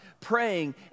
Praying